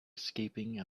escaping